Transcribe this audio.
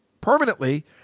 permanently